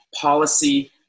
policy